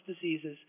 diseases